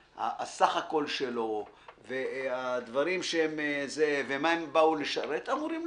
הסך הכול שלו ומה הוא אמור לשרת אמור להיות